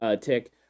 Tick